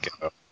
go